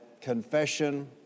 confession